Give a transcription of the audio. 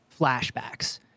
flashbacks